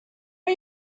are